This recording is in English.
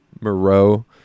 Moreau